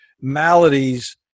maladies